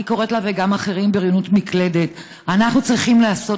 אני, וגם אחרים, קוראים לה "בריונות מקלדת".